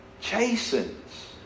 Chastens